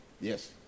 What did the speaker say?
Yes